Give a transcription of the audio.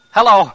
Hello